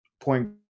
point